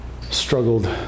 struggled